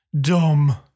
Dumb